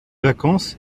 vacances